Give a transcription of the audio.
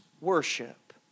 worship